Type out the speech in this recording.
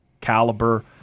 caliber